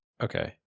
Okay